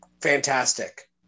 fantastic